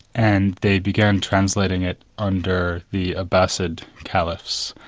and they began translating it under the abbasid caliphs,